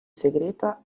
segreta